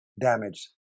damage